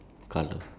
ya okay